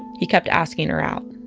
he kept asking her out.